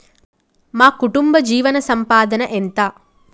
మా కుటుంబ జీవన సంపాదన ఎంత?